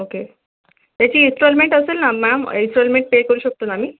okay त्याची installment असेल ना मॅम इस्टॉलमेंट पे करू शकतो ना आम्ही